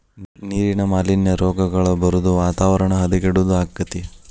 ನೇರಿನ ಮಾಲಿನ್ಯಾ, ರೋಗಗಳ ಬರುದು ವಾತಾವರಣ ಹದಗೆಡುದು ಅಕ್ಕತಿ